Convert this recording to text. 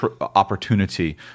opportunity